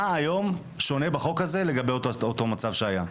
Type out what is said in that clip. מה היום בחוק הזה שונה לגבי אותו מצב שהיה?